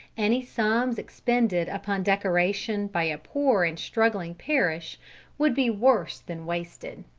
any sums expended upon decoration by a poor and struggling parish would be worse than wasted.